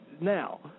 now